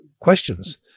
questions